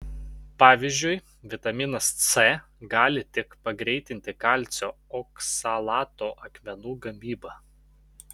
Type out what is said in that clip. pavyzdžiui vitaminas c gali tik pagreitinti kalcio oksalato akmenų gamybą